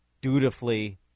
dutifully